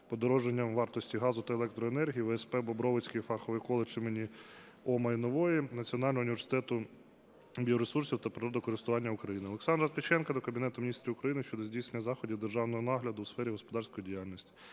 подорожанням вартості газу та електроенергії ВСП "Бобровицький фаховий коледж імені О.Майнової Національного університету біоресурсів та природокористування України". Олександра Ткаченка до Кабінету Міністрів України щодо здійснення заходів державного нагляду у сфері господарської діяльності.